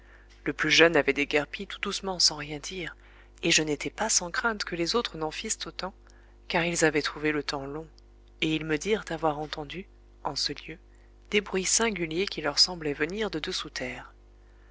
le plus jeune avait déguerpi tout doucement sans rien dire et je n'étais pas sans crainte que les autres n'en fissent autant car ils avaient trouvé le temps long et ils me dirent avoir entendu en ce lieu des bruits singuliers qui leur semblaient venir de dessous terre